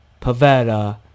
Pavetta